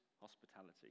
hospitality